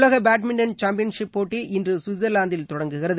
உலக badminton championship போட்டிஇன்று சுவிட்சர்வாந்தில் தொடங்குகிறது